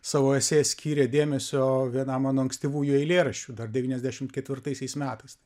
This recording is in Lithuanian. savo esė skyrė dėmesio vienam mano ankstyvųjų eilėraščių dar devyniasdešimt ketvirtaisiais metais